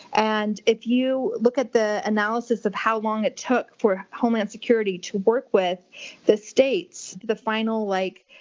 and if you look at the analysis of how long it took for homeland security to work with the states the final, like,